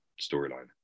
storyline